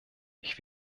ich